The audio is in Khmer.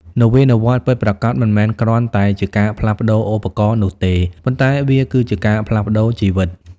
នវានុវត្តន៍ពិតប្រាកដមិនមែនគ្រាន់តែជាការផ្លាស់ប្តូរឧបករណ៍នោះទេ ប៉ុន្តែវាគឺជាការផ្លាស់ប្តូរជីវិត។